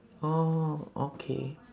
oh okay